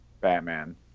batman